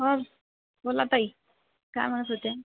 हां बोला ताई काय म्हणत होत्या